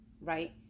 right